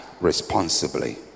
responsibly